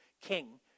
king